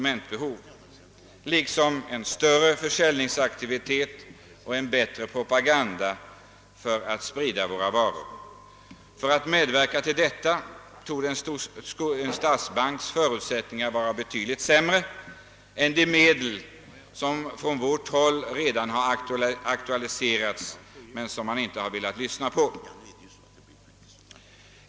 Det behövs också större försäljningsaktivitet och bättre propaganda för spridningen av våra varor. En statsbanks förutsättningar att kunna medverka härvidlag torde vara betydligt sämre än vad som torde kunna åstadkommas genom det som från vårt håll redan aktualiserats men som regeringen inte velat lyssna på.